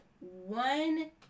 one